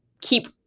keep